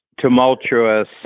tumultuous